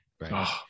right